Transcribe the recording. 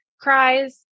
cries